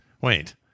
wait